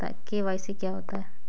KYC क्या होता है?